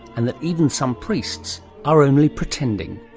and that even some priests are only pretending.